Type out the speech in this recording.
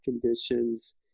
conditions